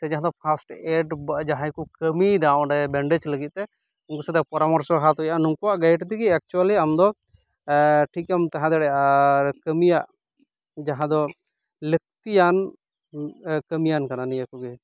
ᱥᱮ ᱡᱟᱦᱟᱸ ᱫᱚ ᱯᱷᱟᱥᱴ ᱮᱰ ᱡᱟᱦᱟᱸᱭ ᱠᱚ ᱠᱟᱹᱢᱤᱭᱮᱫᱟ ᱚᱸᱰᱮ ᱵᱮᱱᱰᱮᱡᱽ ᱞᱟᱹᱜᱤᱫ ᱛᱮ ᱩᱱᱠᱩ ᱥᱟᱛᱮ ᱯᱚᱨᱟᱢᱚᱨᱥᱚ ᱦᱟᱛᱟᱣ ᱦᱩᱭᱩᱜᱼᱟ ᱱᱩᱝᱠᱩᱣᱟᱜ ᱜᱟᱭᱤᱴ ᱛᱮᱜᱮ ᱮᱠᱪᱩᱭᱮᱞᱤ ᱟᱢᱫᱚ ᱴᱷᱤᱠᱮᱢ ᱛᱟᱦᱮᱸ ᱫᱟᱲᱮᱭᱟᱜᱼᱟ ᱟᱨ ᱠᱟᱹᱢᱤᱭᱟᱜ ᱡᱟᱦᱟᱸ ᱫᱚ ᱞᱟᱹᱠᱛᱤᱭᱟᱱ ᱠᱟᱹᱢᱤᱭᱟᱱ ᱠᱟᱱᱟ ᱱᱤᱭᱟᱹ ᱠᱚᱜᱮ